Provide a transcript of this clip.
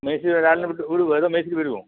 മേശിരി ഒരാളിനെ വിട്ട് വിടുവോ അതോ മേശിരി വരുവോ